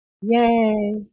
Yay